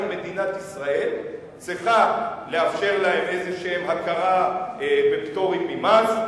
אם מדינת ישראל צריכה לאפשר להן איזו הכרה בפטורים ממס,